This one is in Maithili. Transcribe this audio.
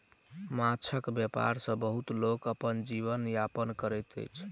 माँछक व्यापार सॅ बहुत लोक अपन जीवन यापन करैत अछि